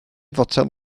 fotel